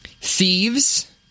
Thieves